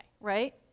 right